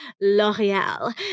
L'Oreal